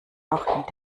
auch